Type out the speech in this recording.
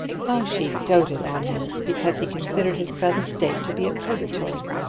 how she doted on him because he considered his present state to be a purgatory!